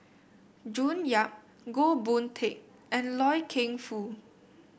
June Yap Goh Boon Teck and Loy Keng Foo